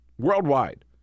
Worldwide